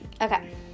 Okay